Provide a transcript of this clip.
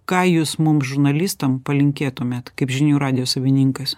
ką jūs mum žurnalistam palinkėtumėt kaip žinių radijo savininkas